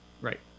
Right